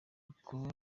uko